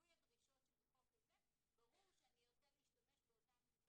מילוי הדרישות שבחוק הזה ברור שאני ארצה להשתמש באותם גופי